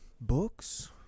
books